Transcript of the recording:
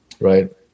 right